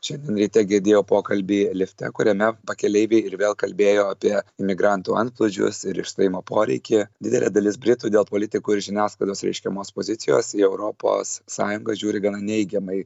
šiandien ryte girdėjau pokalbį lifte kuriame pakeleiviai ir vėl kalbėjo apie migrantų antplūdžius ir išstojimo poreikį didelė dalis britų dėl politikų ir žiniasklaidos reiškiamos pozicijos į europos sąjungą žiūri gana neigiamai